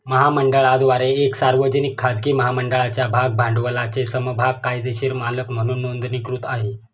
महामंडळाद्वारे एक सार्वजनिक, खाजगी महामंडळाच्या भाग भांडवलाचे समभाग कायदेशीर मालक म्हणून नोंदणीकृत आहे